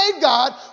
God